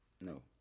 No